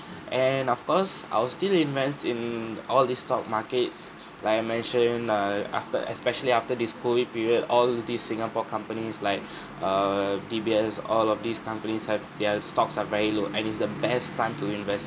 and of course I'll still invest in all this stock markets like I mentioned err after especially after this COVID period all of these singapore companies like uh D_B_S all of these companies have their stocks are very low and it's the best time to invest